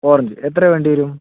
orange എത്ര വേണ്ടി വരും